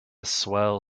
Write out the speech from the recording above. swell